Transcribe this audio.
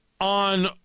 on